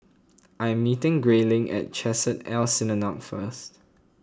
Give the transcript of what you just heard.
I am meeting Grayling at Chesed L Synagogue first